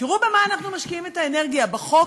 ותראו במה אנחנו משקיעים את האנרגיה: בחוק,